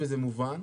וזה מובן.